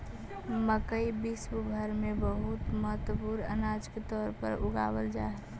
मकई विश्व भर में बहुत महत्वपूर्ण अनाज के तौर पर उगावल जा हई